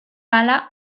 hala